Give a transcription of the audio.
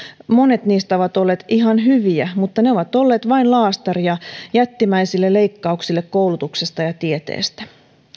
monet niistä ovat olleet ihan hyviä mutta ne ovat olleet vain laastaria jättimäisille leikkauksille koulutuksesta ja tieteestä